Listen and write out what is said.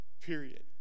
Period